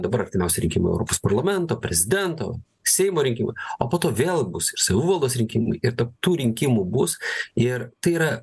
dabar artimiausi rinkimai europos parlamento prezidento seimo rinkimai o po to vėl bus ir savivaldos rinkimai ir tarp tų rinkimų bus ir tai yra